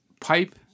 pipe